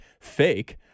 fake